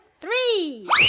three